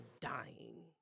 dying